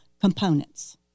components